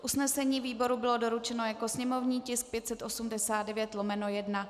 Usnesení výboru bylo doručeno jako sněmovní tisk 589/1.